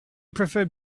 preferred